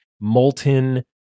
molten